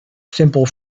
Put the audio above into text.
simple